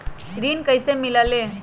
ऋण कईसे मिलल ले?